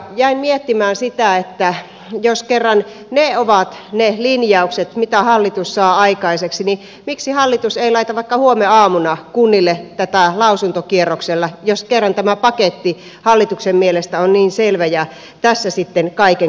jäin miettimään sitä että jos kerran ne ovat ne linjaukset mitä hallitus saa aikaiseksi niin miksi hallitus ei laita vaikka huomenaamuna kunnille tätä lausuntokierrokselle jos kerran tämä paketti hallituksen mielestä on niin selvä ja se tässä sitten kaiken kaikkiaan on